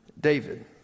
David